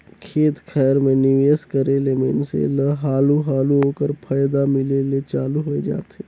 खेत खाएर में निवेस करे ले मइनसे ल हालु हालु ओकर फयदा मिले ले चालू होए जाथे